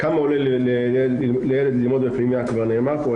כמה עולה לילד ללמוד בפנימייה כבר נאמר פה.